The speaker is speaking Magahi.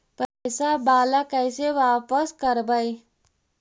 पैसा बाला कैसे बापस करबय?